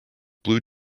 blue